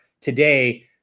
today